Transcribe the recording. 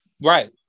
Right